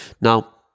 Now